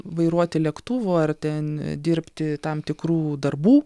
vairuoti lėktuvų ar ten dirbti tam tikrų darbų